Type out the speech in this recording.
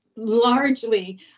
Largely